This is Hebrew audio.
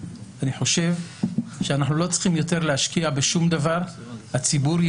וזה להשמיץ את ביבי נתניהו שהעם קבע שיכול להיות